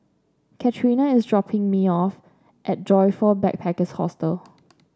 Katerina is dropping me off at Joyfor Backpackers' Hostel